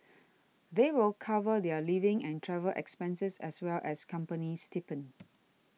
they will cover their living and travel expenses as well as company stipend